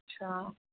अच्छा